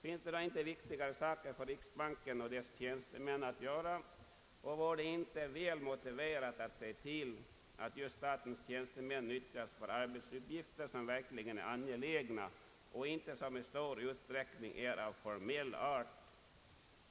Finns det inte viktigare saker för riksbanken och dess tjänstemän att göra och vore det inte väl motiverat att se till att just statens tjänstemän nyttjas för arbetsuppgifter som verkligen är angelägna och som inte i stor utsträckning är av formell art?